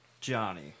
johnny